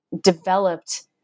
developed